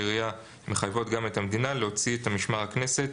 ירייה מחייבות גם את המדינה להוציא את משמר הכנסת